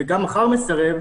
וגם מחר מסרב,